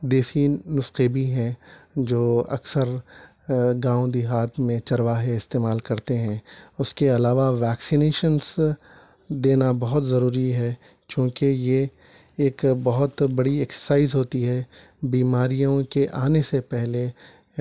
دیسی نسخے بھی ہیں جو اکثر گاؤں دیہات میں چرواہے استعمال کرتے ہیں اس کے علاوہ ویکسینیشنس دینا بہت ضروری ہے کیونکہ یہ ایک بہت بڑی ایکساسائز ہوتی ہے بیماریوں کے آنے سے پہلے